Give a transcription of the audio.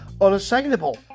unassailable